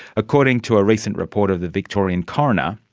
according to a recent report of the victorian coroner,